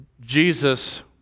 Jesus